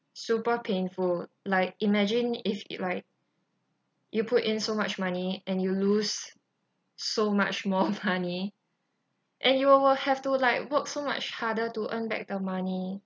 super painful like imagine if it like you put in so much money and you lose so much more money and you will have to like work so much harder to earn back the money